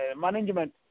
management